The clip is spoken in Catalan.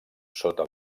sota